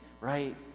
right